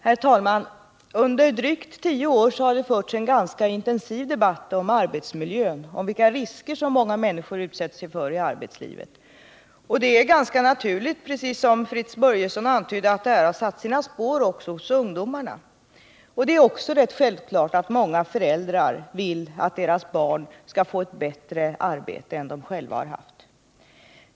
Herr talman! Under drygt tio år har det förts en ganska intensiv debatt om arbetsmiljön, om vilka risker som många människor utsätter sig för i arbetslivet. Precis som Fritz Börjesson antydde är det ganska naturligt att det här också har satt sina spår hos ungdomarna. Det är också rätt självklart att många föräldrar vill att deras barn skall få ett bättre arbete än det de själva har haft.